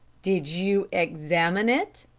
did you examine it?